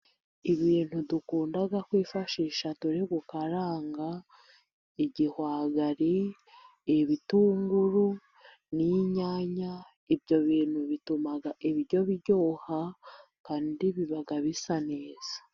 Ibintu dukunda kwifashisha turi gukaranga, igihwagari, ibitunguru n'inyanya, ibyo bintu bituma ibiryo biryoha, kandi biba bisa neza.